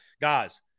Guys